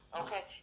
okay